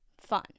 fun